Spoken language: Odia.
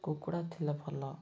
କୁକୁଡ଼ା ଥିଲେ ଭଲ